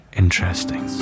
interesting